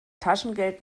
taschengeld